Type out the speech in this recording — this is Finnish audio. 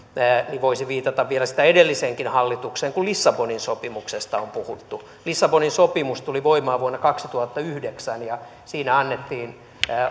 niin voisi viitata sitä edelliseenkin hallitukseen kun lissabonin sopimuksesta on puhuttu lissabonin sopimus tuli voimaan vuonna kaksituhattayhdeksän ja siinä annettiin